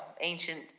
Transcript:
ancient